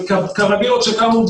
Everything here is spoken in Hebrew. על קרווילות שקמו,